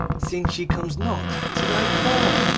seeing she comes not to thy call?